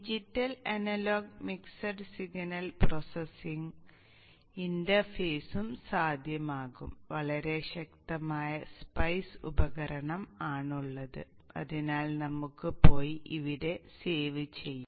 digital analogue mixed signal processing അതിനാൽ നമുക്ക് പോയി ഇവിടെ സേവ് ചെയ്യാം